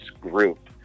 group